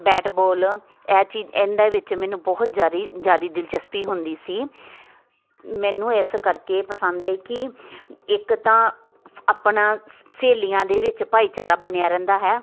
bat ball ਇਹ ਚੀਜ਼ ਇਹਦੇ ਵਿੱਚ ਮੈਨੂੰ ਬਹੁਤ ਜ਼ਿਆਦਾ ਜ਼ਿਆਦਾ ਦਿਲਚਸਪੀ ਹੁੰਦੀ ਸੀ ਮੈਨੂੰ ਇਸ ਕਰਕੇ ਪਸੰਦ ਹੈ ਕਿ ਇੱਕ ਤਾਂ ਆਪਣਾ ਸਹੇਲੀਆਂ ਦੇ ਵਿੱਚ ਭਾਈਚਾਰਾ ਬਣਿਆ ਰਹਿੰਦਾ ਹੈ